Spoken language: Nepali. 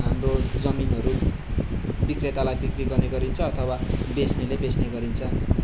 हाम्रो जमिनहरू बिक्रेतालाई बिक्री गर्ने गरिन्छ अथवा बेच्नेले बेच्ने गरिन्छ